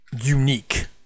unique